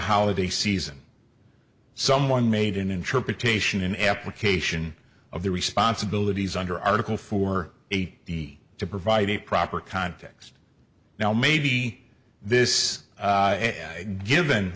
holiday season someone made an interpretation and application of the responsibilities under article four eight to provide a proper context now maybe this given